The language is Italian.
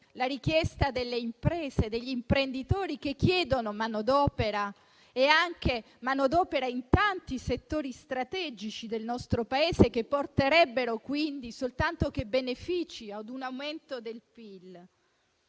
la richiesta delle imprese e degli imprenditori, che chiedono manodopera in tanti settori strategici del nostro Paese, che porterebbe quindi soltanto benefici e un aumento del PIL?